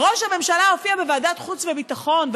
ראש הממשלה הופיע בוועדת חוץ וביטחון,